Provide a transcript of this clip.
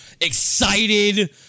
excited